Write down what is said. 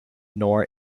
nor